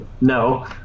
No